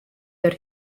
der